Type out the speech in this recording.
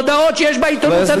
הודעות שיש בעיתונות הדתית.